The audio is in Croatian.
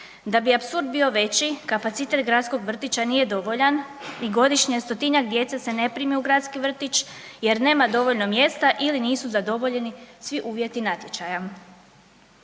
Da bi apsurd bio veći kapacitet gradskog vrtića nije dovoljan i godišnje 100-njak djece se ne prime u gradski vrtić jer nema dovoljno mjesta ili nisu zadovoljeni svi uvjeti natječaja.